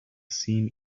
seen